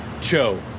Cho